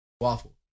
Waffle